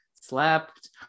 slept